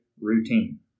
routine